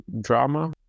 drama